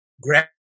grab